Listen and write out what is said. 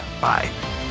Bye